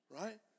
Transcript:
right